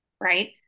Right